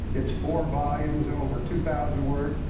it's four volumes over two thousand words,